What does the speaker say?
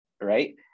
Right